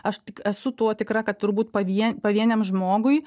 aš tik esu tuo tikra kad turbūt pavie pavieniam žmogui